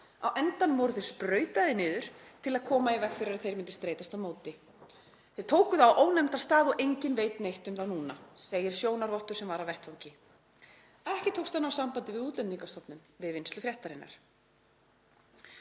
Á endanum voru þeir sprautaði niður til að koma í veg fyrir að þeir myndu streitast á móti. Þeir tóku þá á ónefndan stað og enginn veit neitt um þá núna, segir sjónarvottur sem var á vettvangi. Ekki tókst að ná sambandi við Útlendingastofnun við vinnslu fréttarinnar.